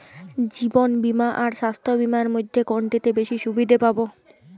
জীবন বীমা আর স্বাস্থ্য বীমার মধ্যে কোনটিতে বেশী সুবিধে পাব?